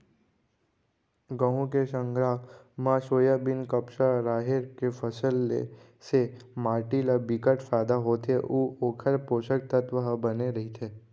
गहूँ के संघरा म सोयाबीन, कपसा, राहेर के फसल ले से माटी ल बिकट फायदा होथे अउ ओखर पोसक तत्व ह बने रहिथे